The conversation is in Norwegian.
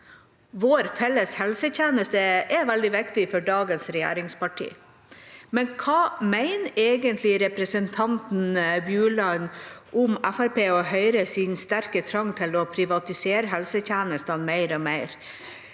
Vår felles helsetjeneste er veldig viktig for dagens regjeringsparti. Hva mener egentlig representanten Bjuland om Fremskrittspartiets og Høyres sterke trang til å privatisere helsetjenestene mer og mer?